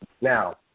now